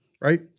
right